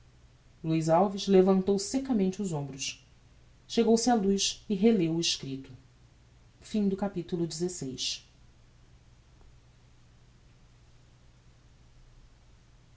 luiz alves levantou seccamente os hombros chegou-se á luz e releu o escripto xvii